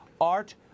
Art